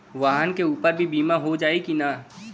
वाहन के ऊपर भी बीमा हो जाई की ना?